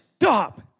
Stop